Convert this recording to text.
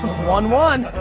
one, one.